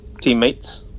teammates